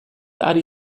ari